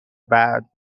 بعد